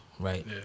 right